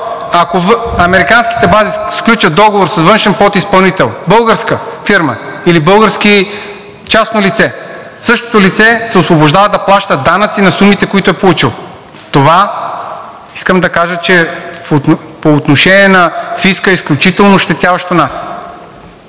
Ако американските бази сключат договор с външен подизпълнител – българска фирма или българско частно лице, същото лице се освобождава да плаща данъци на сумите, които е получило. Това искам да кажа, че по отношение на фиска е изключително ощетяващо нас.